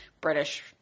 British